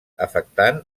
afectant